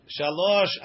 Shalosh